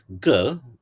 girl